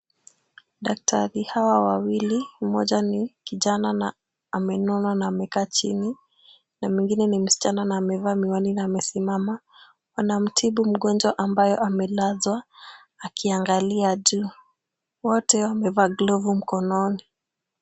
Daktari hawa wawili, mmoja ni kijana na amenona na amekaa chini na mwingine ni msichana na amevaa miwani na amesimama. Wanamtibu mgonjwa ambayo amelazwa akiangalia juu. Wote wamevaa glovu mkononi.